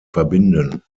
verbinden